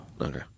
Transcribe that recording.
Okay